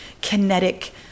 kinetic